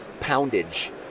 poundage